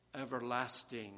everlasting